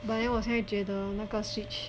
but then 我才觉得那个 switch